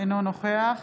אינו נוכח